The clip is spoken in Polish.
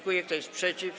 Kto jest przeciw?